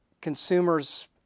consumers